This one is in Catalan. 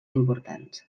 importants